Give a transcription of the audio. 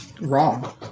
wrong